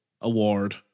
award